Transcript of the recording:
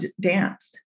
danced